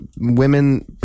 women